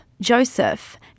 Joseph